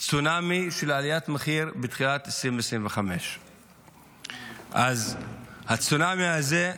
צונאמי של עליות מחירים בתחילת 2025. הצונאמי הזה,